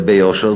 וביושר,